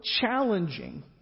challenging